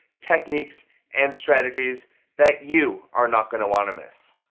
techniques and strategies that you are not going to want to miss.